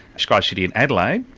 sky city in adelaide,